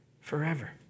forever